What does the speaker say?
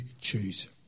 choose